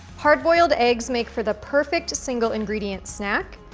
hard boiled eggs make for the perfect single ingredient snack,